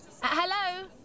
Hello